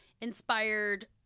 inspired